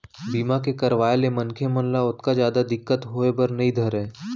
बीमा के करवाय ले मनखे मन ल ओतका जादा दिक्कत होय बर नइ धरय